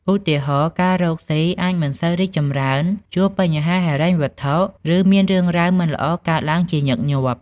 ឧទាហរណ៍ ការរកស៊ីអាចមិនសូវរីកចម្រើន ជួបបញ្ហាហិរញ្ញវត្ថុ ឬមានរឿងរ៉ាវមិនល្អកើតឡើងជាញឹកញាប់។